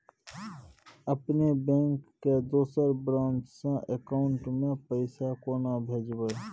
अपने बैंक के दोसर ब्रांच के अकाउंट म पैसा केना भेजबै?